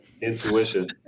intuition